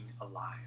alive